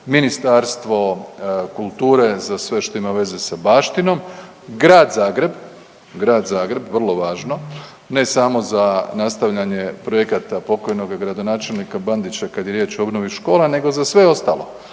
Ministarstvo kulture za sve što ima veze sa baštinom, Grad Zagreb, Grad Zagreb vrlo važno ne samo za nastavljanje projekata pokojnog gradonačelnika Bandića kad je riječ o obnovi škola nego za sve ostalo,